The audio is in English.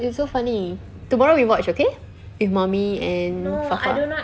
it's so funny tomorrow we watch okay with mummy and faqah